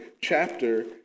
chapter